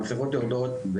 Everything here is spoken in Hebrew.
המסכות יורדות.